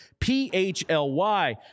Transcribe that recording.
PHLY